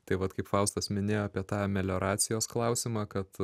tai vat kaip faustas minėjo apie tą melioracijos klausimą kad